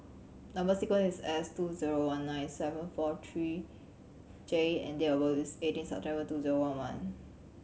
number sequence is S two zero one nine seven four three J and date of birth is eighteen September two zero one one